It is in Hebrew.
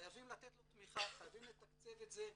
חייבים לתת לו תמיכה, חייבים לתקצב את זה.